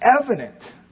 evident